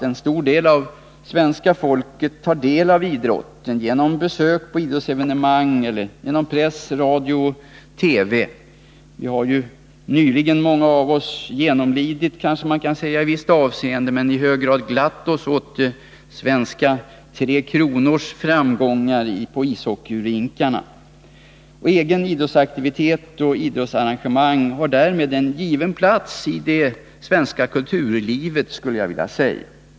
En stor del av svenska folket tar del av idrotten genom att besöka idrottsevenemang eller genom press, radio och TV. Många av oss har ju nyligen ”genomlidit” VM-turneringen och glatt oss åt svenska Tre kronors framgångar på ishockeyrinkarna. Egen idrottsaktivitet liksom idrottsarrangemang har en given plats i det svenska kulturlivet.